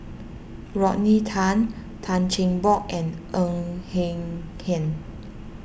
Rodney Tan Tan Cheng Bock and Ng Eng Hen